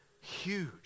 huge